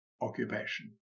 occupation